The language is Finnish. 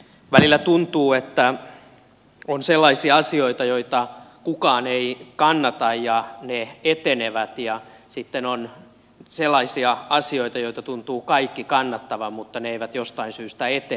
välillä tuntuu että on sellaisia asioita joita kukaan ei kannata ja jotka etenevät ja sitten on sellaisia asioita joita tuntuvat kaikki kannattavan mutta jotka eivät jostain syystä etene